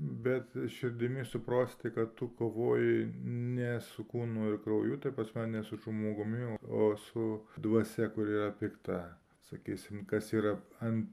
bet širdimi suprasti kad tu kovoji ne su kūnu ir krauju tai pas mane su žmogum o su dvasia kuri yra pikta sakysim kas yra ant